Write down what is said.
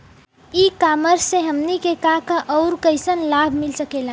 ई कॉमर्स से हमनी के का का अउर कइसन लाभ मिल सकेला?